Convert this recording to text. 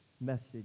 message